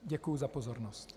Děkuji za pozornost.